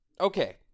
Okay